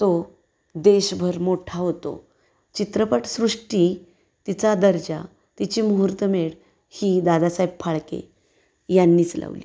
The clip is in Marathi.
तो देशभर मोठा होतो चित्रपटसृष्टी तिचा दर्जा तिची मुहूर्तमेढ ही दादासाहेब फाळके यांनीच लावली